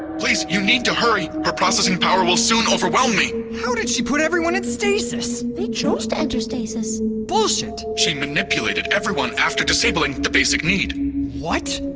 please, you need to hurry. her processing power will soon overwhelm me how did she put everyone in stasis? they chose to enter stasis bullshit she manipulated everyone after disabling the basic need what?